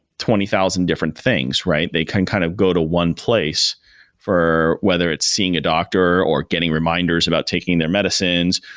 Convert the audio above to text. twenty thousand different things, right? they can kind of go to one place for whether it's seeing a doctor, or getting reminders about taking their medicines,